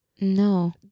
No